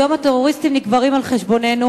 היום הטרוריסטים נקברים על חשבוננו.